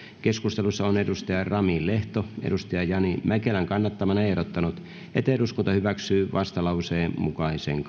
keskustelussa on rami lehto jani mäkelän kannattamana ehdottanut että eduskunta hyväksyy vastalauseen mukaisen